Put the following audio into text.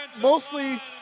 mostly